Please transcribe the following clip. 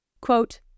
Quote